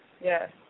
Yes